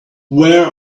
where